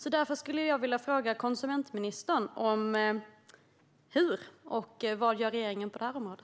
Jag skulle därför vilja fråga konsumentministern: Vad gör regeringen på detta område?